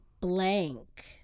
blank